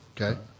Okay